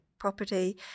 property